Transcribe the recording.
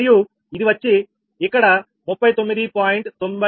మరియు ఇది వచ్చి ఇక్కడ 39